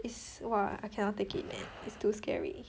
is !wah! I cannot take it man it's too scary